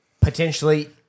potentially